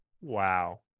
wow